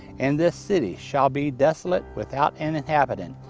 and this city shall be desolate without an inhabitant?